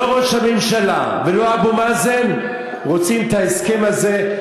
לא ראש הממשלה ולא אבו מאזן רוצים את ההסכם הזה,